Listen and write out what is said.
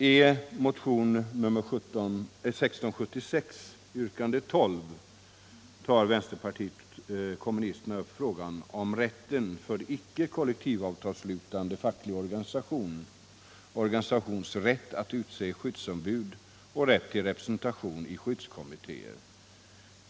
I motionen 1676, yrkande 12, tar vänsterpartiet kommunisterna upp frågan om icke kollektivavtalsslutande facklig organisations rätt att utse skyddsombud och rätt till representation i skyddskommittéer.